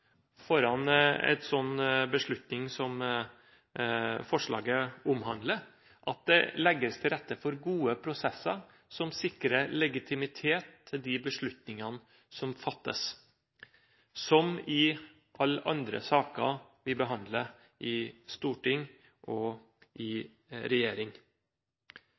foran en slik beslutning som forslaget omhandler, at det legges til rette for gode prosesser som sikrer legitimitet til de beslutningene som fattes, som i alle andre saker vi behandler i storting og regjering.